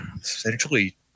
essentially